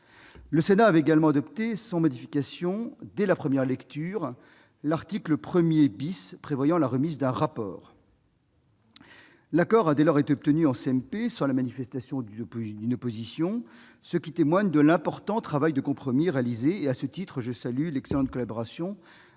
Le Sénat avait également adopté sans modification, dès la première lecture, l'article 1 prévoyant la remise d'un rapport. L'accord a dès lors été obtenu en commission mixte paritaire sans la manifestation d'aucune opposition, ce qui témoigne de l'important travail de compromis réalisé. À ce titre, je salue l'excellente collaboration avec mon